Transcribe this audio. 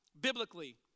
biblically